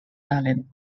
talent